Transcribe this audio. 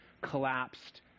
collapsed